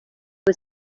was